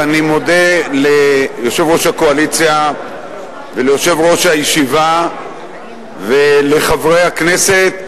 ואני מודה ליושב-ראש הקואליציה וליושב-ראש הישיבה ולחברי הכנסת,